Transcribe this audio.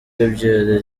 nibyo